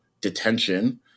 detention